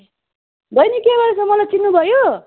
बहिनी के गर्दै छौ मलाई चिन्नु भयो